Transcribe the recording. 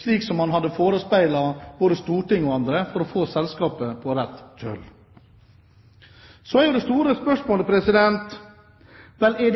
slik man hadde forespeilt både Stortinget og andre, for å få selskapet på rett kjøl. Så er det store spørsmålet: Er